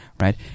right